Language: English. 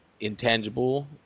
intangible